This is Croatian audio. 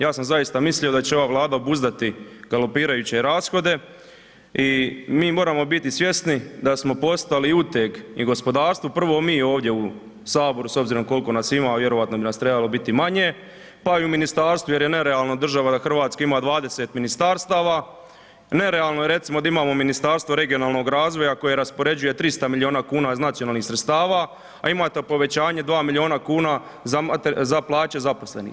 Ja sam zaista mislio da će ova Vlada obuzdati galopirajuće rashode i mi moramo biti svjesni da smo postali uteg i gospodarstvu, prvo mi ovdje u Saboru, s obzirom koliko nas ima, vjerojatno bi nas trebalo biti manje, pa i u ministarstvu jer je nerealno da država Hrvatska ima 20 ministarstava, nerealno je recimo da imamo Ministarstvo regionalnog razvoja koje raspoređuje 300 milijuna kuna iz nacionalnih sredstava, a imate povećanje 2 milijuna kuna za plaće zaposlenih.